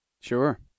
Sure